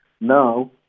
Now